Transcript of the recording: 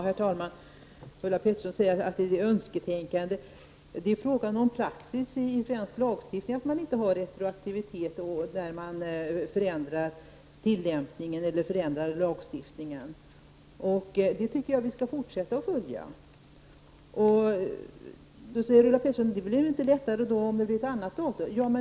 Herr talman! Ulla Pettersson säger att det är fråga om önsketänkande. Det är praxis i svensk lagstiftning att inte föreskriva retroaktivitet vid föränd ring av lagstiftningen eller dess tillämpning, och den ordningen tycker jag att vi skall behålla. Ulla Pettersson säger att det inte blir lättare med ett annat datum.